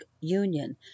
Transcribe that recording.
Union